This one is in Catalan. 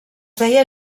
deia